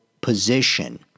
position